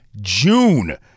June